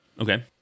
Okay